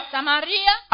Samaria